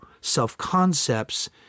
self-concepts